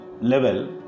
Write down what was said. level